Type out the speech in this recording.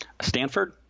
Stanford